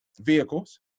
vehicles